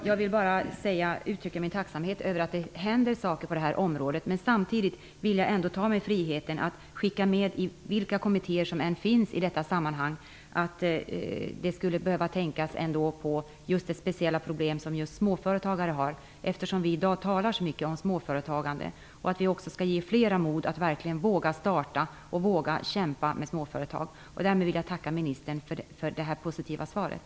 Herr talman! Jag vill uttrycka min tacksamhet över att det händer saker på detta område, men samtidigt vill jag ändå ta mig friheten att skicka med ministern -- vilka kommittéer som än finns i detta sammanhang -- att man skulle behöva tänka på de speciella problem som just småföretagare har. Det talas ju så mycket om småföretagande nu för tiden. Vi kan ge fler mod att våga starta småföretag och kämpa för dem. Med detta tackar jag ministern för det positiva svaret.